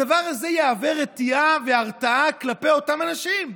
הדבר הזה יהווה רתיעה והרתעה כלפי אותם אנשים.